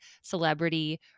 celebrity